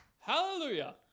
Hallelujah